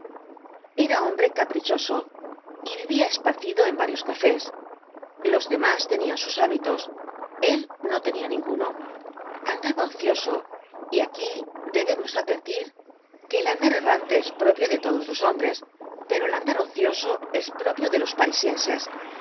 era hombre caprichoso y vivia esparcido en varios cafés los demás tenian sus hábitos él no tenia ninguno andaba ocioso y aquí debemos advertir que el andar errante es propio de todos los hombres pero el andar ocioso es propio de los